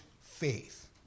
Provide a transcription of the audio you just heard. faith